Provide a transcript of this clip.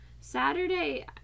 Saturday